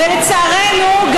ולצערנו,